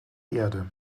erde